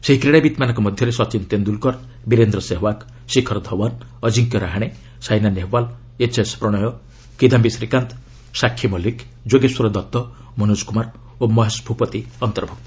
ସେହି କ୍ରୀଡ଼ାବିତ୍ମାନଙ୍କ ମଧ୍ୟରେ ସଚିନ ତେନ୍ଦୁଲକର ବୀରେନ୍ଦ୍ର ସେହ୍ୱାଗ୍ ଶିଖର ଧୱନ୍ ଅଜିଙ୍କ୍ୟ ରାହାଣେ ସାଇନା ନେହେୱାଲ୍ ଏଚ୍ଏସ୍ ପ୍ରଣୟ କିଦାୟୀ ଶ୍ରୀକାନ୍ତ ଶାଖି ମଲ୍ଲିକ ଯୋଗେଶ୍ୱର ଦଉ ମନୋଜ କୁମାର ଓ ମହେଶ ଭୂପତି ଅନ୍ତର୍ଭୁକ୍ତ